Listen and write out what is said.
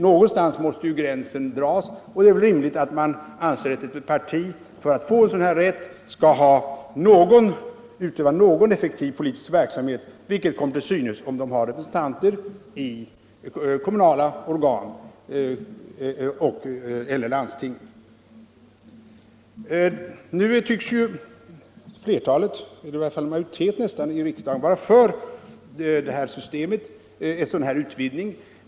Någonstans måste gränsen dras, och det är ju rimligt att ett parti för att få en sådan här rätt skall utöva någon effektiv politisk verksamhet, vilket kommer till synes om det har representanter i ett flertal primärkommunala organ eller landsting. Nu tycks nästan en majoritet i riksdagen vara för en sådan här utvidgning.